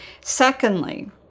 Secondly